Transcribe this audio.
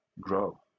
grow